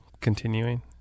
continuing